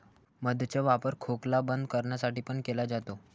मध चा वापर खोकला बरं करण्यासाठी पण केला जातो